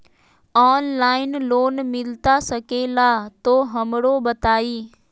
Online loan मिलता सके ला तो हमरो बताई?